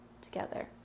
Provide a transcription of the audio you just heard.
together